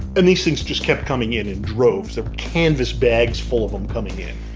and these things just kept coming in in droves of canvas bags full of them coming in